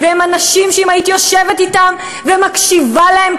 הם אנשים שאם היית יושבת אתם ומקשיבה להם,